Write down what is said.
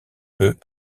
peu